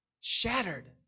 shattered